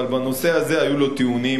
אבל בנושא הזה היו לו טיעונים,